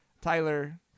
Tyler